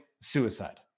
suicide